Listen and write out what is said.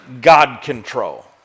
God-control